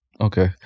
Okay